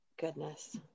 Goodness